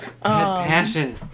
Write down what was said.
Passion